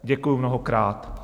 Děkuji mnohokrát.